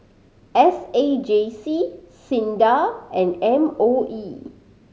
S A J C SINDA and M O E